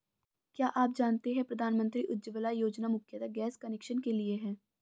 क्या आप जानते है प्रधानमंत्री उज्ज्वला योजना मुख्यतः गैस कनेक्शन के लिए है?